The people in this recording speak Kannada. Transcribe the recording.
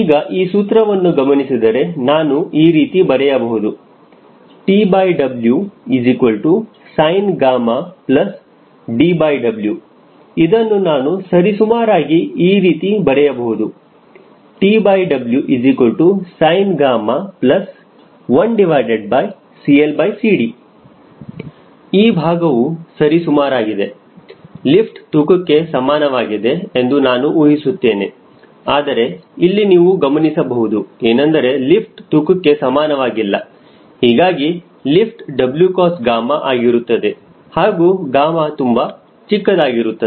ಈಗ ಈ ಸೂತ್ರವನ್ನು ಗಮನಿಸಿದರೆ ನಾನು ಈ ರೀತಿ ಬರೆಯಬಹುದು TWsinDW ಇದನ್ನು ನಾನು ಸರಿಸುಮಾರಾಗಿ ಈ ರೀತಿ ಬರೆಯಬಹುದು TWsin1CLCD ಈ ಭಾಗವು ಸರಿ ಸುಮಾರಾಗಿದೆ ಲಿಫ್ಟ್ ತೂಕಕ್ಕೆ ಸಮಾನವಾಗಿದೆ ಎಂದು ನಾನು ಊಹಿಸುತೇನೆ ಆದರೆ ಇಲ್ಲಿ ನೀವು ಗಮನಿಸಬಹುದು ಏನೆಂದರೆ ಲಿಫ್ಟ್ ತೂಕಕ್ಕೆ ಸಮಾನವಾಗಿಲ್ಲ ಹೀಗಾಗಿ ಲಿಫ್ಟ್ Wcosγ ಆಗಿರುತ್ತದೆ ಹಾಗೂ γ ತುಂಬಾ ಚಿಕ್ಕದಾಗಿರುತ್ತದೆ